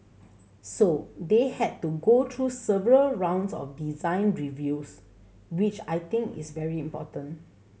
so they had to go through several rounds of design reviews which I think is very important